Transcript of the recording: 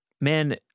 Man